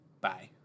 Bye